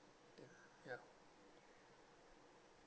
ya